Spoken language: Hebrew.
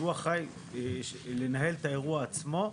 שהוא אחראי לנהל את האירוע עצמו.